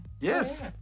Yes